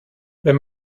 wenn